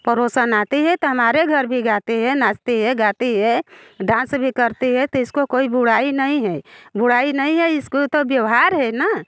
पड़ोसन आते है तो हमारे घर भी गाती है नाचती है गाते है डांस भी करती तो इसको कोई बुराई नहीं है बुराई नहीं है इसको तो व्यवहार है न